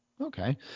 Okay